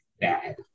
bad